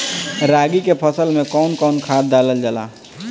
रागी के फसल मे कउन कउन खाद डालल जाला?